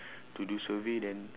to do survey then